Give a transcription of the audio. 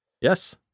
Yes